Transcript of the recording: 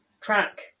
track